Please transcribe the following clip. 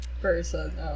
person